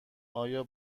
آیا